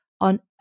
on